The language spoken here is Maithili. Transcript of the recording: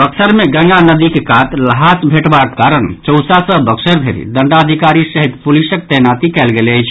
बक्सर मे गंगा नदीक कात ल्हास भेटबाक करण चौसा सँ बक्सर धरि दंडाधिकारी सहित पुलिसक तैनाती कयल गेल अछि